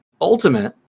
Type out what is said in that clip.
ultimate